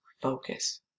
focus